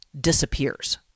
disappears